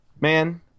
Man